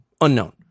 Unknown